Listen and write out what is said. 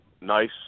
nice